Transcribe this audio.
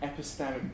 epistemic